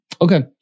Okay